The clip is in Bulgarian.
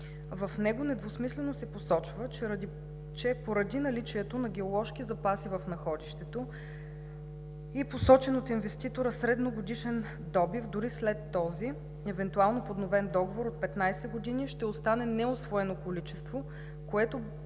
В него недвусмислено се посочва, че поради поради наличието на геоложки запаси в находището и посочен от инвеститора средногодишен добив дори след този евентуално подновен договор от 15 години, ще остане неусвоено количество, което